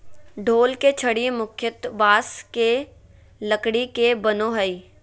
ढोल के छड़ी मुख्यतः बाँस के लकड़ी के बनो हइ